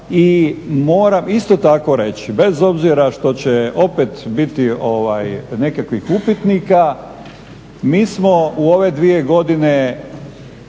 i moram isto tako reći bez obzira što će opet biti nekakvih upitnika mi smo u ove dvije godine